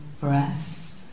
breath